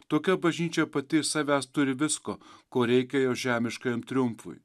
tokia bažnyčia pati iš savęs turi visko ko reikia jo žemiškajam triumfui